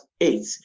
eight